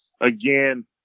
again